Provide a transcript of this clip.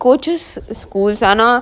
coaches schools ஆனா:aana